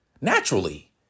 Naturally